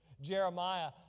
Jeremiah